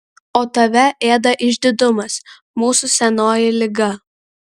o tave ėda išdidumas mūsų senoji liga